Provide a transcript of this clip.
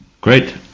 great